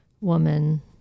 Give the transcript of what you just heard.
woman